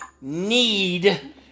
need